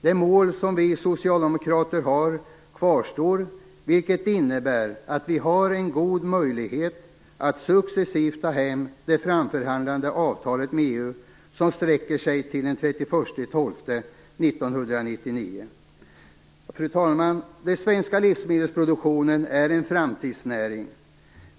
Det mål som vi socialdemokrater har kvarstår, vilket innebär att vi har en god möjlighet att successivt ta hem det framförhandlade avtalet med EU som sträcker sig till den 31 december 1999. Fru talman! Den svenska livsmedelsproduktionen är en framtidsnäring.